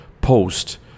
post